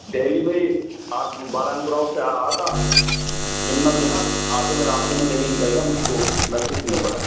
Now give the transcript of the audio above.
دہلی میں ہی آت میں بارا ہندو راؤ سے آ رہا تھا یمنا وہار آتے میں راستے میں کہیں نکل گیا مجھ کو محسوس نہیں ہو پایا